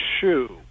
shoe